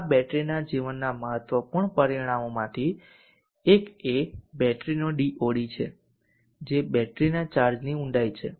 આ બેટરીના જીવનના મહત્વપૂર્ણ પરિમાણોમાંથી એક એ બેટરીનો DoD છે જે બેટરીના ચાર્જની ઊંડાઈ છે